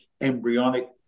embryonic